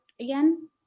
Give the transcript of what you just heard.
again